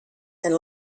and